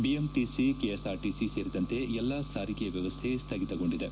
BMTC KSRTC ಸೇರಿದಂತೆ ಎಲ್ಲಾ ಸಾರಿಗೆ ವ್ಯವಸ್ಥೆ ಸ್ಥಗಿತಗೊಂಡಿದೆ